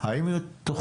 אז האם יהיו תוכניות?